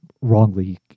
wrongly